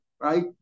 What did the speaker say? right